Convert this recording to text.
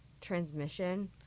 transmission